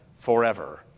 forever